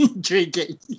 drinking